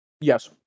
Yes